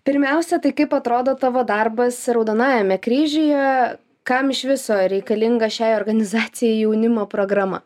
pirmiausia tai kaip atrodo tavo darbas raudonajame kryžiuje kam iš viso reikalinga šiai organizacijai jaunimo programa